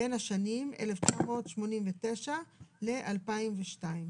בין השנים 1989 ל-2002".